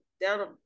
down